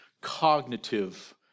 cognitive